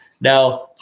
Now